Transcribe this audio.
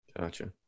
Gotcha